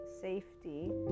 safety